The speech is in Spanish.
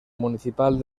municipal